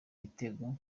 ibitego